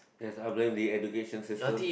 yes I'll blame the education system